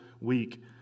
week